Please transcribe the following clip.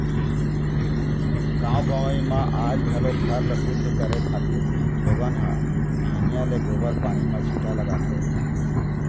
गाँव गंवई म आज घलोक घर ल सुद्ध करे खातिर लोगन ह बिहनिया ले गोबर पानी म छीटा लगाथे